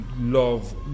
love